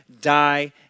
die